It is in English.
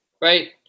Right